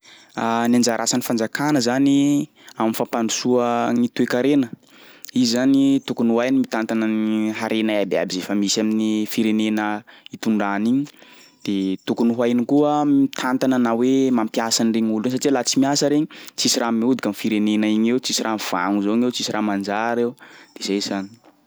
Ny anjara asan'ny fanjakana zany am'fampandrosoa ny toe-karena, izy zany tokony ho hainy mitantana gny harena iabiaby zay efa misy amin'ny firenena itondrÃ ny igny de tokony ho hainy koa mitantana na hoe mampiasa an'iregny olo regny satsia laha tsy miasa regny tsisy raha mihodiky am'firenena igny eo, tsisy raha vagno zany eo, tsisy raha manjary eo de zay zany.